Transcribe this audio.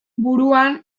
buruan